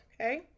okay